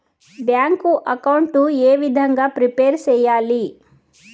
Bank account ఏ విధంగా prepare సెయ్యాలి?